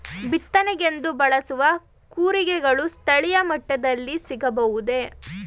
ಬಿತ್ತನೆಗೆಂದು ಬಳಸುವ ಕೂರಿಗೆಗಳು ಸ್ಥಳೀಯ ಮಟ್ಟದಲ್ಲಿ ಸಿಗಬಹುದೇ?